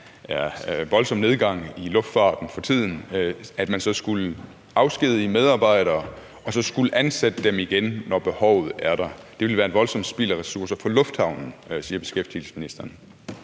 er voldsom nedgang i luftfarten for tiden, så skulle afskedige medarbejdere og så ansætte dem igen, når behovet er der. Det ville være et voldsomt spild af ressourcer for lufthavnen, siger beskæftigelsesministeren.